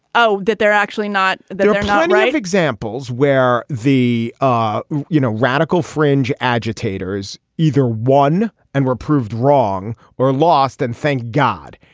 oh that they're actually not there are not great examples where the ah you know radical fringe agitators either won and were proved wrong or lost and thank god.